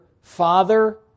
father